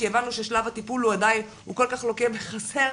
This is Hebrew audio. כי הבנו ששלב הטיפול הוא כל כך לוקה בחסר,